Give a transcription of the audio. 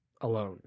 alone